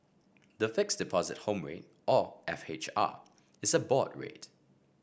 the Fixed Deposit Home Rate or F H R is a board rate